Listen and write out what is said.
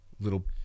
little